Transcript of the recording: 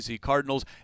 Cardinals